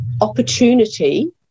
opportunity